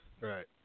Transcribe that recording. Right